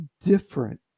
different